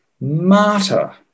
martyr